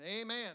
Amen